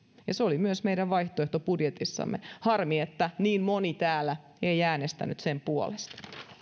se oli myös meidän vaihtoehtobudjetissamme harmi että niin moni täällä ei äänestänyt sen puolesta